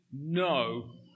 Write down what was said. no